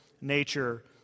nature